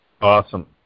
Awesome